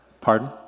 Pardon